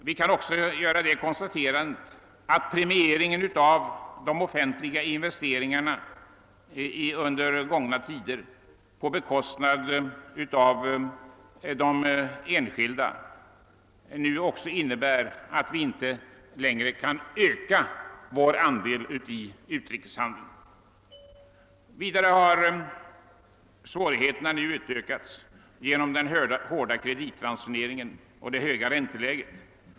Vi kan också konstatera att premieringen av de offentliga investeringarna under gångna tider på bekostnad av de enskilda innebär att vi inte längre kan öka vår andel av utrikeshandeln. Nu har svårigheterna också ökat genom den hårda kreditransoneringen och det höga ränteläget.